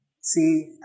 see